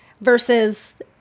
versus